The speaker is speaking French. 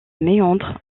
méandres